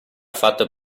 fatto